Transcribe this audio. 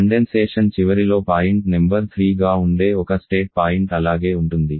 condensation చివరిలో point number 3గా ఉండే ఒక స్టేట్ పాయింట్ అలాగే ఉంటుంది